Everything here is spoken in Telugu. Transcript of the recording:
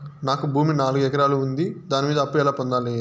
నాకు భూమి నాలుగు ఎకరాలు ఉంది దాని మీద అప్పు ఎలా పొందాలి?